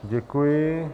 Děkuji.